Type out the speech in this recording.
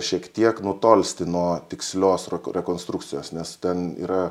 šiek tiek nutolsti nuo tikslios rekonstrukcijos nes ten yra